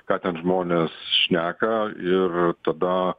ką ten žmonės šneka ir tada